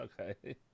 Okay